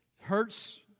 Hurts